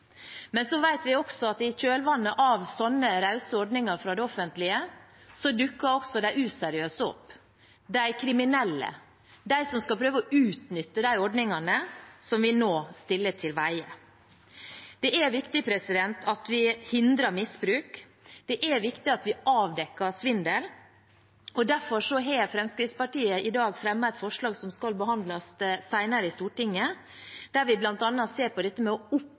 Men så vet vi at i kjølvannet av slike rause ordninger fra det offentlige dukker også de useriøse opp – de kriminelle, de som skal prøve å utnytte de ordningene som vi nå stiller til veie. Det er viktig at vi hindrer misbruk, det er viktig at vi avdekker svindel, og derfor har Fremskrittspartiet i dag fremmet et forslag som skal behandles senere i Stortinget, der vi bl.a. ser på det å